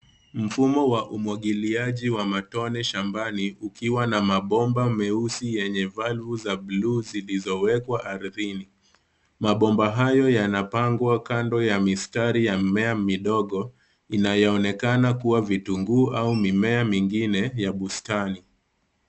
Mfumo wa umwagiliaji wa matone shambani ukiwa na mabomba meusi yenye valvu za bluu zilizowekwa ardhini. Mabomba hayo yanapangwa kando ya mistari ya mmea midogo, inayoonekana kuwa vitunguu au mimea mingine ya bustani.